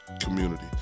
community